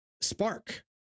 spark